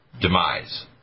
demise